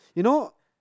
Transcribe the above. you know